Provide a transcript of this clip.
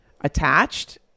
attached